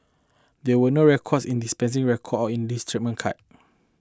there were no records in the dispensing record or in this treatment card